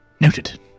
Noted